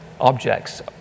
objects